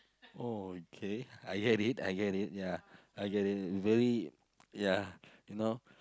oh okay I get it I get it yeah I get it very yeah you know